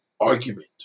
argument